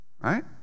Right